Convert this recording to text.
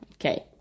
Okay